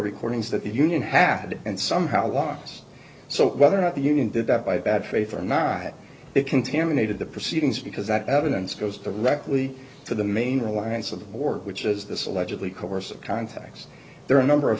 recordings that the union had and somehow lost so whether or not the union did that by bad faith or not it contaminated the proceedings because that evidence goes directly to the main reliance of the board which is this allegedly coercive context there are a number of